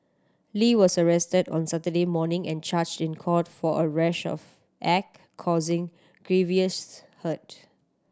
Lee was arrested on Saturday morning and charged in court for a rash of act causing grievous hurt